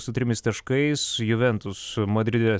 su trimis taškais juventus madride